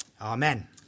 Amen